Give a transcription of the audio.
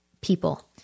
people